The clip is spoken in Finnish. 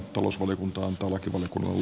tulos oli kuntoon polkivat kun